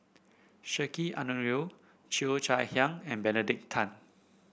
Sheik Alau'ddin Cheo Chai Hiang and Benedict Tan